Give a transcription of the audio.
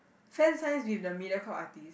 fan signs with the Mediacorp artists